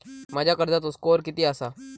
माझ्या कर्जाचो स्कोअर किती आसा?